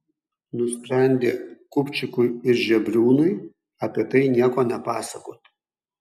nusprendė kupčikui ir žebriūnui apie tai nieko nepasakoti